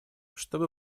чтобы